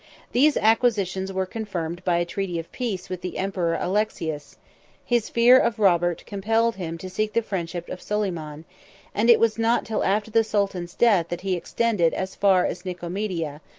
these acquisitions were confirmed by a treaty of peace with the emperor alexius his fear of robert compelled him to seek the friendship of soliman and it was not till after the sultan's death that he extended as far as nicomedia,